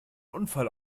unfall